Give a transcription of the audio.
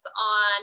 on